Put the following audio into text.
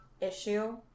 issue